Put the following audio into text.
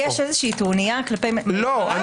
אם יש טרוניה- -- יש שאלה, לא טרוניה.